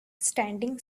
standing